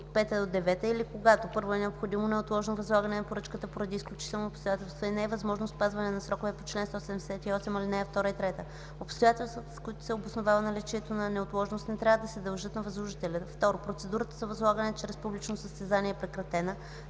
т. 3 и 5 – 9 или когато: 1. е необходимо неотложно възлагане на поръчката поради изключителни обстоятелства и не е възможно спазване на сроковете по чл. 178, ал. 2 и 3. Обстоятелствата, с които се обосновава наличието на неотложност, не трябва да се дължат на възложителя; 2. процедурата за възлагане чрез публично състезание е прекратена,